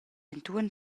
entuorn